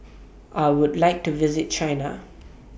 I Would like to visit China